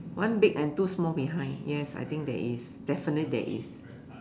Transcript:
one big and two small behind yes I think there is definitely there is